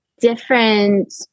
different